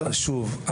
אני אומר שוב,